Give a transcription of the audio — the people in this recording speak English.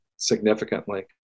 Significantly